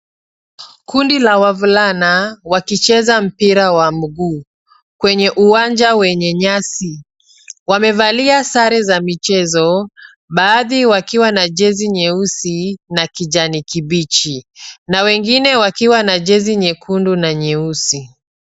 Kundi la wavulana, wakicheza mpira wa mguu, kwenye uwanja wenye nyasi. Wamevalia sare za michezo, baadhi wakiwa na jezi nyeusi na kijani kibichi. Na wengine wakiwa na jezi nyekundu na nyeusi.